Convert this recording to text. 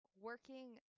working